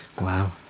Wow